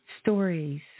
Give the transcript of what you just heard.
stories